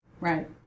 right